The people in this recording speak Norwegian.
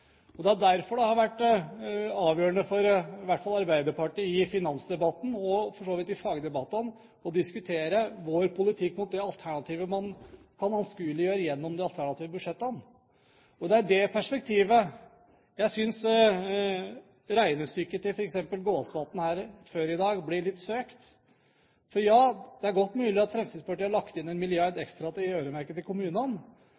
scenario. Det er derfor det har vært avgjørende for i hvert fall Arbeiderpartiet i finansdebatten og for så vidt i fagdebattene å diskutere vår politikk mot det alternativet man kan anskueliggjøre gjennom de alternative budsjettene. Det er i det perspektivet jeg synes regnestykket til f.eks. Gåsvatn før i dag blir litt søkt. For ja, det er godt mulig at Fremskrittspartiet har lagt inn